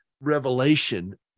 revelation